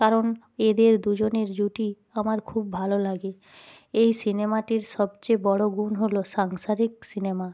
কারণ এদের দুজনের জুটি আমার খুব ভালো লাগে এই সিনেমাটির সবচেয়ে বড় গুণ হলো সাংসারিক সিনেমা